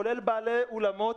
כולל בעלי אולמות.